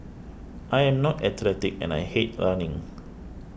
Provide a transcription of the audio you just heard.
I am not athletic and I hate running